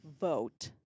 vote